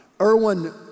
Erwin